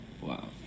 Wow